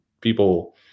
people